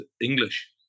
English